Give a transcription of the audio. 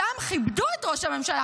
-- שם כיבדו את ראש הממשלה,